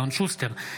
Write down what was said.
אלון שוסטר,